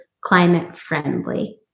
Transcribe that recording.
climate-friendly